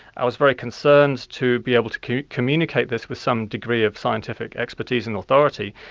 i was very concerned to be able to to communicate this with some degree of scientific expertise and authority.